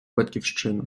батьківщину